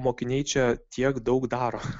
mokiniai čia tiek daug daro